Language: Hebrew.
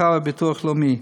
הרווחה והביטוח הלאומי.